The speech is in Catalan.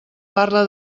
parla